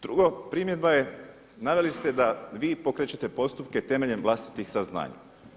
Drugo, primjedba je, naveli ste da vi pokrećete postupke temeljem vlastitih saznanja.